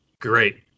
great